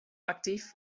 aktyf